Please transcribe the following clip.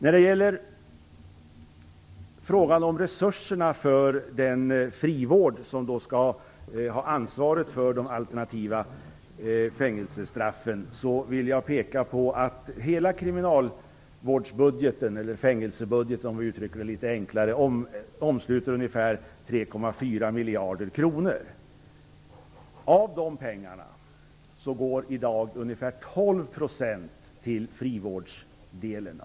När det gäller frågan om resurserna för frivården, som skall ha ansvaret för de alternativa fängelsestraffen, vill jag peka på att hela kriminalvårdsbudgeten, eller fängelsebudgeten för att uttrycka det litet enklare, ligger på ungefär 3,4 miljarder kronor. Av de pengarna går i dag ungefär 12 % till frivården.